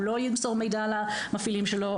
הוא לא ימסור מידע על המפעילים שלו.